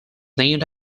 named